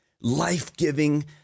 life-giving